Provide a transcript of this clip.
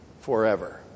forever